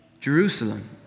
Jerusalem